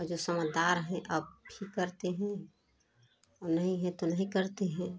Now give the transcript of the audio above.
जो समझदार हैं अब भी करते हैं और नहीं हैं तो नहीं करते हैं